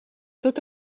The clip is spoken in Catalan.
tot